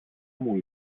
μου